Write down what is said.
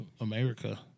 America